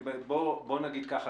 בוא נגיד ככה,